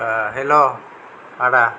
हेल' आदा